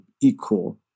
equal